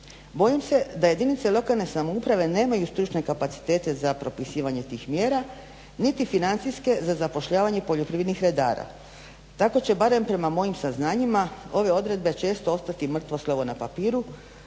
Bojim se da jedinice lokalne samouprave nemaju stručne kapacitete za propisivanje tih mjera, niti financijske za zapošljavanje poljoprivrednih redara. Tako će barem prema mojim saznanjima ove odredbe često ostati mrtvo slovo na papiru,